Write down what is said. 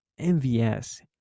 MVS